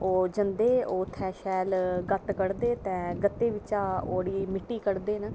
ते ओह् जंदे ओह् उत्थें शैल गत्त कड्ढदे गत्तै बिच्चा ओह्दी मित्ती कड्ढदे न